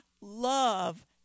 love